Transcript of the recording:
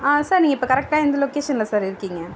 sir நீங்கள் இப்போ கரெக்ட்டாக எந்த லொக்கேஷனில் சார் இருக்கீங்க